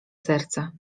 serce